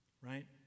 Right